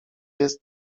jest